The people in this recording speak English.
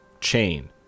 chain